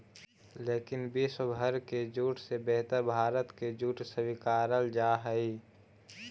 लेकिन विश्व भर के जूट से बेहतर भारत के जूट स्वीकारल जा हइ